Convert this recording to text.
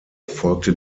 folgte